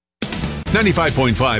95.5